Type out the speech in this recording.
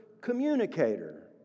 communicator